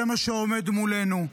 זה מה שעומד מולנו.